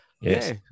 Yes